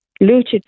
looted